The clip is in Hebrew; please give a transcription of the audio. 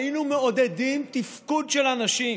היינו מעודדים תפקוד של אנשים,